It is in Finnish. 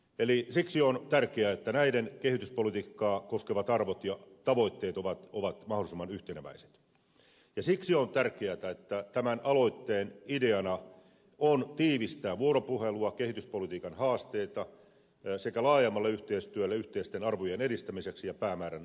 eli siksi on tärkeää että näiden toimijoiden kehityspolitiikkaa koskevat arvot ja tavoitteet ovat mahdollisimman yhteneväiset ja siksi on tärkeätä että tämän aloitteen ideana on tiivistää vuoropuhelua kehityspolitiikan haasteita sekä luoda pohjaa laajemmalle yhteistyölle yhteisten arvojen edistämiseksi ja päämäärän saavuttamiseksi